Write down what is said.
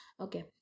okay